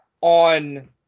on